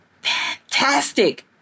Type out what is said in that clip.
fantastic